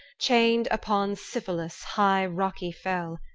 chained upon siphylus' high rocky fell,